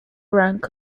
rank